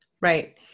Right